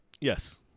Yes